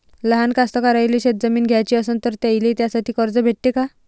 लहान कास्तकाराइले शेतजमीन घ्याची असन तर त्याईले त्यासाठी कर्ज भेटते का?